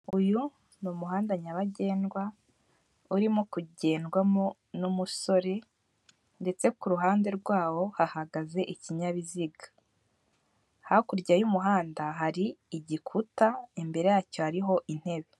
Uyu ni umuhanda nyabagendwa urimo kugendwamo n'umusore ndetse ku ruhande rwawo hahagaze ikinyabiziga, hakurya y'umuhanda hari igikuta imbere yacyo hariho intebe.